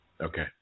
Okay